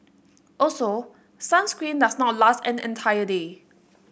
also sunscreen does not last an entire day